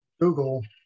google